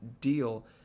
deal